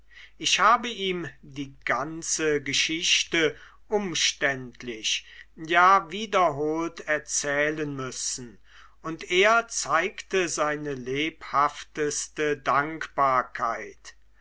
ich habe ihm die ganze geschichte umständlich ja wiederholt erzählen müssen und er zeigte seine lebhafteste dankbarkeit